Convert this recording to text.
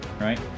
right